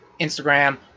Instagram